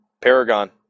Paragon